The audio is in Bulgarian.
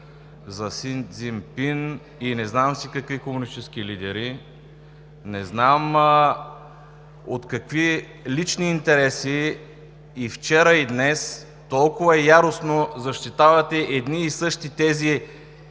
за Си Дзинпин и не знам си какви комунистически лидери. Не знам от какви лични интереси и вчера, и днес толкова яростно защитавате едни и същи тези,